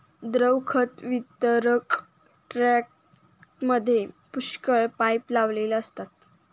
द्रव खत वितरक टँकरमध्ये पुष्कळ पाइप लावलेले असतात